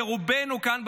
לרובנו כאן,